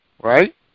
right